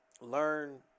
Learn